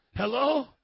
Hello